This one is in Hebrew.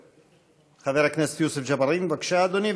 חבר הכנסת יוסף ג'בארין, בבקשה, אדוני.